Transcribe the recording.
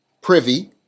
privy